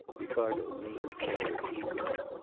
ricardo leaned forward eagerly.